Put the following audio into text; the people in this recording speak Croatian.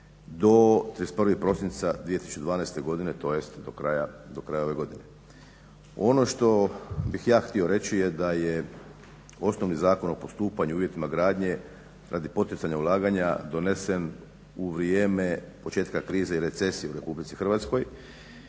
do 31. prosinca 2012. godine tj. do kraja ove godine. Ono što bih ja htio reći je da je osnovni Zakon o postupanju i uvjetima gradnje radi poticanja ulaganja donesen u vrijeme početka krize i recesije u RH te je u to